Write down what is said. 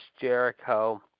Jericho